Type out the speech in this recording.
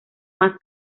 más